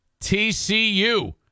TCU